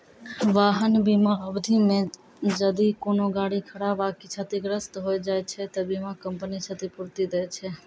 वाहन बीमा अवधि मे जदि कोनो गाड़ी खराब आकि क्षतिग्रस्त होय जाय छै त बीमा कंपनी क्षतिपूर्ति दै छै